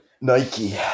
Nike